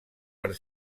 per